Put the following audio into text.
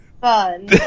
fun